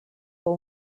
call